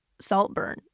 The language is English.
*Saltburn*